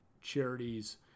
charities